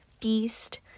feast